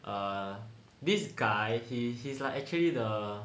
uh this guy he he's like actually the